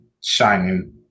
shining